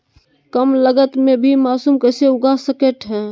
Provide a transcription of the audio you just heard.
कम लगत मे भी मासूम कैसे उगा स्केट है?